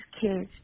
kids